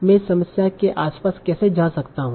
मैं इस समस्या के आसपास कैसे जा सकता हूं